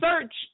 search